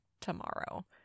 tomorrow